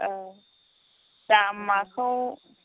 औ दामाखौ